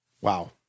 wow